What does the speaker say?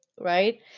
right